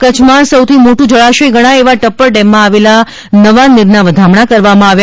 પૂર્વ કચ્છમાં સૌથી મોટું જળાશય ગણાય તેવા ટપ્પર ડેમમાં આવેલા નવા નીરના વધામણાં કરવામાં આવ્યા